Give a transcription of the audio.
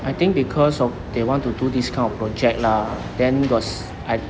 I think because of they want to do this kind of project lah then cause I